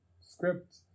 script